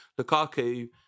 Lukaku